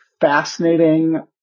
Fascinating